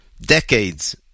Decades